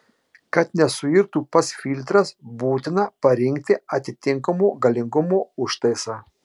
kad nesuirtų pats filtras būtina parinkti atitinkamo galingumo užtaisą